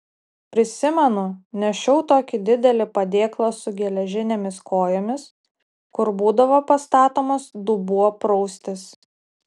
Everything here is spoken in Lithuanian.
prisimenu nešiau tokį didelį padėklą su geležinėmis kojomis kur būdavo pastatomas dubuo praustis